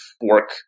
work